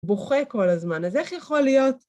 בוכה כל הזמן, אז איך יכול להיות?